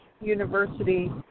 University